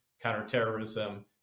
counterterrorism